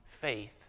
faith